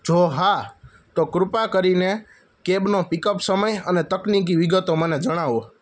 જો હા તો કૃપા કરીને કેબનો પીકઅપ સમય અને તકનીકી વિગતો મને જણાવો